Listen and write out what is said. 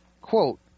Quote